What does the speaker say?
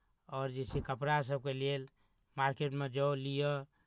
आओर जे छै कपड़ासभके लेल मार्केटमे जाउ लिअ